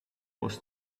was